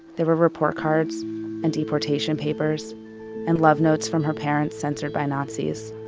there were report cards and deportation papers and love notes from her parents censored by nazis.